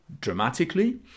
dramatically